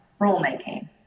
rulemaking